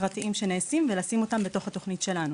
ידי גופים פרטיים ולשים אותה בתוך התוכנית שלנו